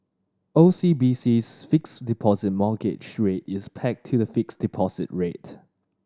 O C B C's Fixed Deposit Mortgage Rate is pegged to the fixed deposit rate